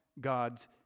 God's